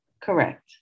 Correct